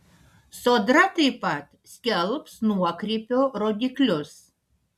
sodra taip pat skelbs nuokrypio rodiklius